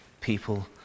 people